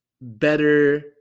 better